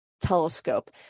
telescope